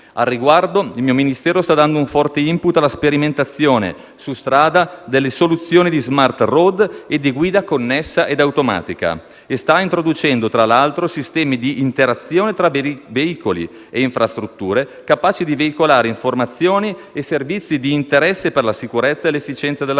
Al riguardo, il mio Ministero sta dando un forte *input* alla sperimentazione su strada delle soluzioni di *smart road* e di guida connessa ed automatica e sta introducendo, tra l'altro, sistemi di interazione tra veicoli e infrastrutture, capaci di veicolare informazioni e servizi di interesse per la sicurezza e l'efficienza della guida